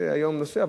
זה היום נושא,